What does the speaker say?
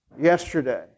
yesterday